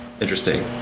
Interesting